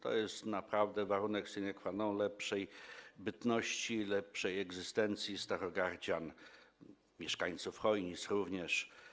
To jest naprawdę warunek sine qua non lepszego bytu, lepszej egzystencji starogardzian, mieszkańców Chojnic również.